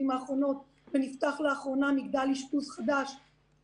האחרונות ונפתח בו לאחרונה מגדל אשפוז חדש.